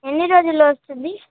ఎన్ని రోజుల్లో వస్తుంది